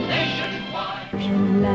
Nationwide